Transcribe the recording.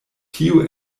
tio